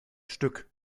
stück